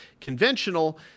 conventional